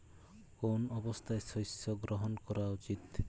কোন অবস্থায় শস্য সংগ্রহ করা উচিৎ?